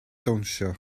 dawnsio